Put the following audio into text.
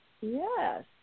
Yes